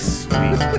sweet